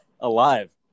Alive